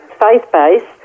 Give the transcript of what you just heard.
faith-based